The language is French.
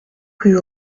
rue